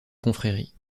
confrérie